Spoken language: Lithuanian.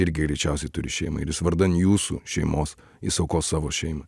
irgi greičiausiai turi šeimą ir jis vardan jūsų šeimos jis aukos savo šeimą